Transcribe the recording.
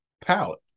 palette